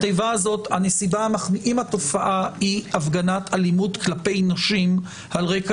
אם התופעה היא הפגנת אלימות כלפי נשים על רקע